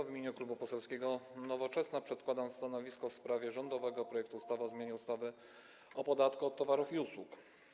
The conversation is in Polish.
W imieniu Klubu Poselskiego Nowoczesna przedkładam stanowisko w sprawie rządowego projektu ustawy o zmianie ustawy o podatku od towarów i usług.